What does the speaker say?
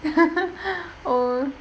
oh